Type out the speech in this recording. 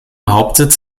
hauptsitz